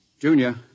Junior